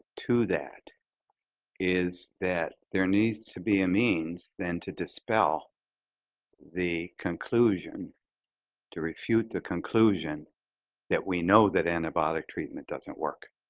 to that is that there needs to be a means then to dispel the conclusion to refute the conclusion that we know that antibiotic treatment doesn't work,